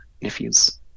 nephews